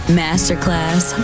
masterclass